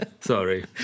Sorry